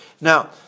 Now